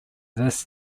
this